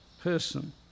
person